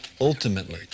ultimately